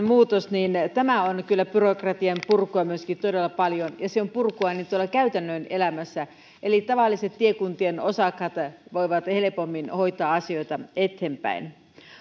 muutos on kyllä byrokratian purkua myöskin todella paljon ja se on purkua tuolla käytännön elämässä eli tavalliset tiekuntien osakkaat voivat helpommin hoitaa asioita eteenpäin